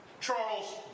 Charles